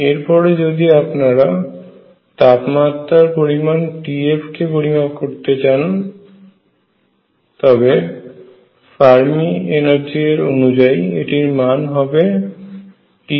এরপরে যদি আপনারা তাপমাত্রার পরিমাণ TF কে পরিমাপ করতে পারেন ফার্মি এনার্জি এর অনুযায়ী এটির মান হবে TFFkB